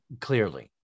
Clearly